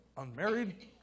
Unmarried